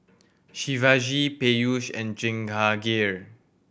Shivaji Peyush and Jehangirr